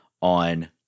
on